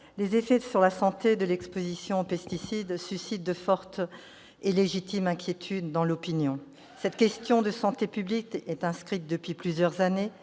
les effets sur la santé de l'exposition aux pesticides suscitent de fortes et légitimes inquiétudes dans l'opinion. Cette question de santé publique est inscrite depuis plusieurs années